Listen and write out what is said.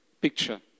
picture